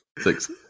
six